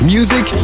Music